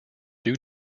due